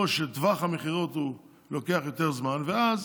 או שטווח המכירות לוקח יותר זמן, ואז